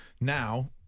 now